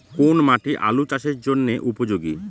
কোন মাটি আলু চাষের জন্যে উপযোগী?